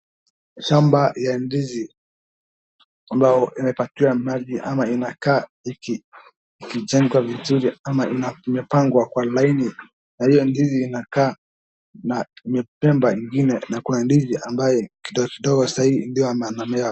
Shamba ya ndizi ambayo inapatiwa maji ama inakaa imejengwa vizuri ama imepangwa kwa laini na hiyo ndizi inakaa na imepandwa ingine na kuna ndizi ambayo kidogokidogo sahii ndio inamea.